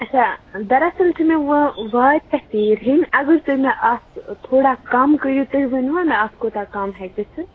اَچھا دَراَصٕل چھِ مےٚ وا وارِ پٮ۪ٹھ تیٖر ہیٚنۍ اگر تُہۍ مےٚ اَتھ تھوڑا کَم کٔرِو تُہۍ ؤنۍوٕ مےٚ اَتھ کوٗتاہ کَم ہیٚکہِ گٔژھِتھ